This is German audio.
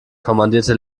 kommandierte